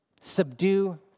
subdue